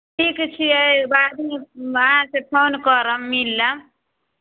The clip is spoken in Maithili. ठीक छियै बादमे बादमे फोन करब मिलब